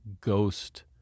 ghost